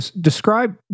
Describe